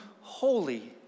holy